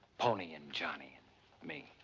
pony, and johnny and me.